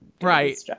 Right